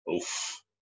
Oof